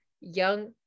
young